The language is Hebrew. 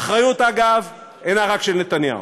האחריות, אגב, אינה רק של נתניהו.